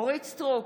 אורית מלכה סטרוק,